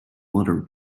water